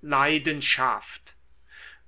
leidenschaft